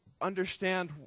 understand